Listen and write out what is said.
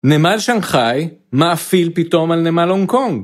נמל שנגחאי, מעפיל פתאום על נמל הונג קונג